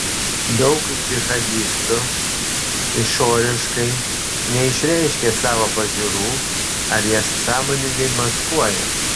daug džihadistų išoriškai neišreiškia savo pažiūrų ar jas sąmoningai maskuoja